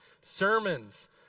sermons